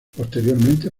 posteriormente